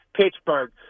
Pittsburgh